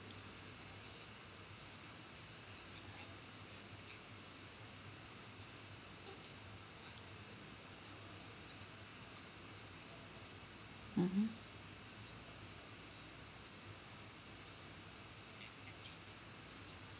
mmhmm